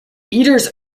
eaters